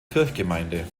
kirchgemeinde